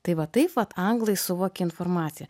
tai va taip vat anglai suvokia informaciją